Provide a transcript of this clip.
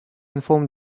inform